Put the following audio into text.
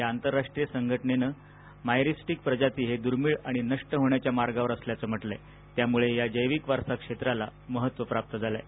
या आंतरराष्ट्रीय संघटनेनं मायरिस्टिक प्रजाती हे दुर्मिळ आणि नष्ट होण्याच्या मार्गावर असल्याचं म्हटलं आहे त्यामुळे या जैविक वारसा क्षेत्राला महत्व प्राप्त झालं आहे